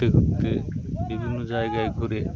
ঘুরতে ঘুরতে বিভিন্ন জায়গায় ঘুরে